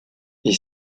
est